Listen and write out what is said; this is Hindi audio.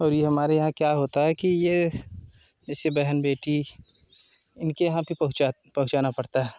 और ये हमारे यहाँ क्या होता है कि ये जैसे बहन बेटी इनके यहाँ भी पहुँचाना पड़ता है